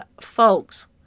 folks